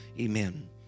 amen